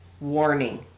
warning